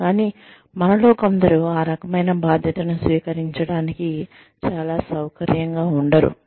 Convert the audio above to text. కానీ మనలో కొందరు ఆ రకమైన బాధ్యతను స్వీకరించడానికి చాలా సౌకర్యంగా ఉండరు